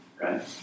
right